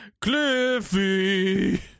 Cliffy